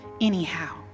anyhow